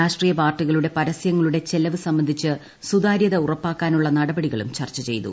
രാഷ്ട്രീയ പാർട്ടികളുടെ പരസ്യങ്ങളുടെ ചെലവ് സംബന്ധിച്ച് സുതാര്യത ഉറപ്പാക്കാനുള്ള നടപടികളും ചർച്ച ചെയ്തു